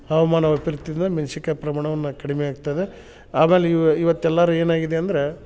ಹವಾಮಾನ ವೈಪರೀತ್ಯದಿಂದ ಮೆಣ್ಸಿನ್ಕಾಯಿ ಪ್ರಮಾಣವನ್ನ ಕಡಿಮೆ ಆಗ್ತದೆ ಆಮೇಲೆ ಇವ ಇವತ್ತು ಎಲ್ಲರು ಏನಾಗಿದೆ ಅಂದ್ರ